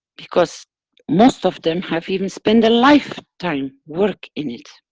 because most of them have even spent their lifetime work in it.